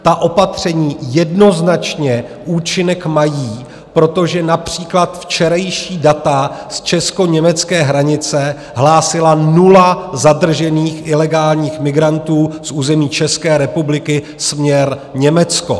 Ta opatření jednoznačně účinek mají, protože například včerejší data z českoněmecké hranice hlásila nula zadržených ilegálních migrantů z území České republiky směr Německo.